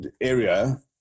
area